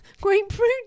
Grapefruit